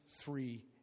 three